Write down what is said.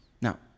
Now